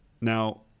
Now